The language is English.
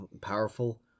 powerful